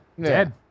Dead